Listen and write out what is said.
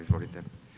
Izvolite.